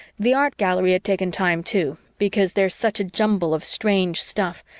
the art gallery had taken time too, because there's such a jumble of strange stuff,